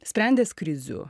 sprendęs krizių